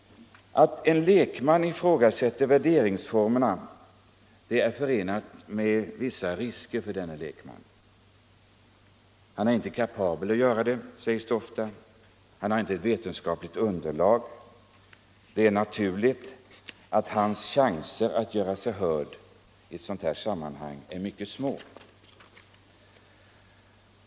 Att en lekman ifrågasätter värderingsformerna är förenat med vissa risker för denne lekman. Han är inte kapabel att göra det, sägs det ofta. Han har inte ett vetenskapligt underlag. Det är naturligt att hans chanser att göra sig hörd i ett sådant här sammanhang är mycket små.